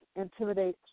intimidate